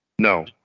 No